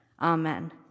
Amen